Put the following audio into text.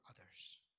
others